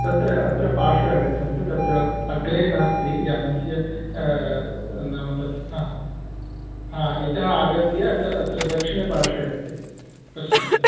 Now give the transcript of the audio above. तत्र अत्र पार्श्वे आगच्छन्तु तत्र अग्रे नास्ति यानस्य नाम तत् हा हा इतः आगत्य अत् अत्र दक्षिणपार्श्वे अस्ति पश्यन्तु